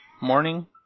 morning